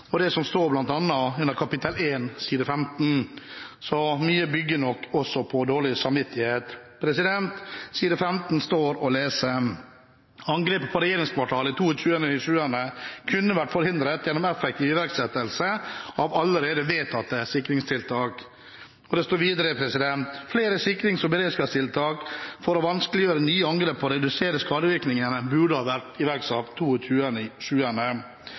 og det som bl.a. står under kapittel 1, side 15 – så mye bygger nok også på dårlig samvittighet. På side 15 står det å lese: «Angrepet på regjeringskvartalet 22/7 kunne ha vært forhindret gjennom effektiv iverksettelse av allerede vedtatte sikringstiltak.» Det står videre: «Flere sikrings- og beredskapstiltak for å vanskeliggjøre nye angrep og redusere skadevirkningene burde ha vært iverksatt 22/7.» Videre kan vi lese under kapittel 18 i